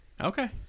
Okay